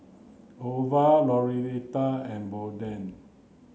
Ova Lauretta and Bolden